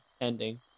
ending